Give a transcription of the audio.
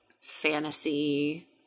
fantasy